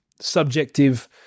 subjective